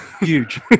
Huge